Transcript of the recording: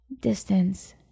distance